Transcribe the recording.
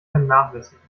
vernachlässigen